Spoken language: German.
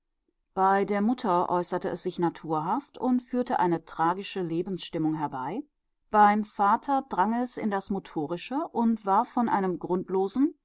bei der mutter äußerte es sich naturhaft und führte eine tragische lebensstimmung herbei beim vater drang es in das motorische und war von einem grundlosen